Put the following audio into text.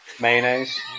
Mayonnaise